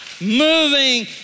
moving